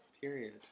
Period